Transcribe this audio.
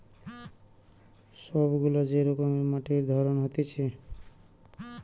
সব গুলা যে রকমের মাটির ধরন হতিছে